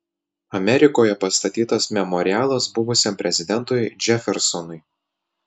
amerikoje pastatytas memorialas buvusiam prezidentui džefersonui